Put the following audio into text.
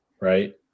right